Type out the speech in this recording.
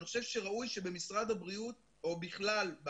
אני חושב שראוי שבמשרד הבריאות ובכלל,